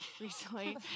recently